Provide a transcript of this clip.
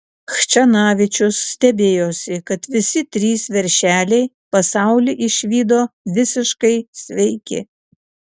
chščenavičius stebėjosi kad visi trys veršeliai pasaulį išvydo visiškai sveiki